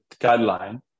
guideline